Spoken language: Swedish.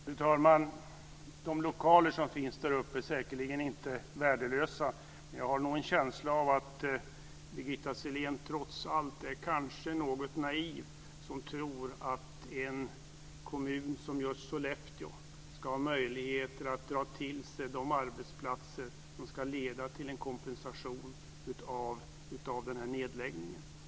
Fru talman! De lokaler som finns där uppe är säkerligen inte värdelösa. Men jag har nog en känsla av att Birgitta Sellén trots allt kanske är något naiv som tror att en kommun som just Sollefteå ska ha möjligheter att dra till sig de arbetsplatser som ska leda till en kompensation för denna nedläggning.